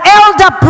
elder